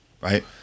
right